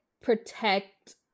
protect